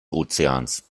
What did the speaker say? ozeans